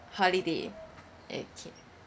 holiday okay